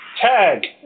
Tag